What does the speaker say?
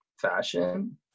fashion